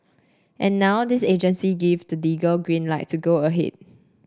and now this agency give the legal green light to go ahead